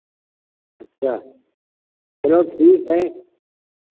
अच्छा चलो ठीक है